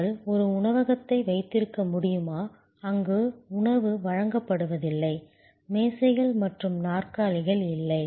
நாங்கள் ஒரு உணவகத்தை வைத்திருக்க முடியுமா அங்கு உணவு வழங்கப்படுவதில்லை மேசைகள் மற்றும் நாற்காலிகள் இல்லை